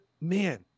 man